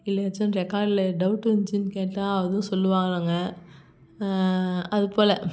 இல்லை ஏதாச்சம் ரெக்கார்ட்ல டௌட் வந்துச்சின்னு கேட்டால் அதுவும் சொல்லுவாளுங்க அதுபோல்